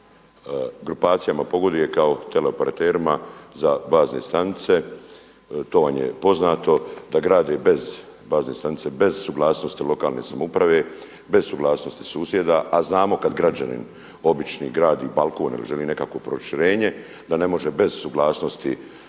grupacijama pogoduje kao teleoperaterima za bazne stanice, to vam je poznato, da grade bez, bazne stanice bez suglasnosti lokalne samouprave, bez suglasnosti susjeda. A znamo kada građanin, obični, gradi balkon ili želi nekakvo proširenje da ne može bez suglasnosti